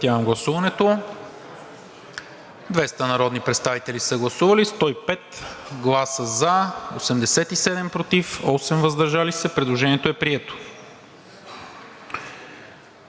въздържали се 2. Предложението е прието.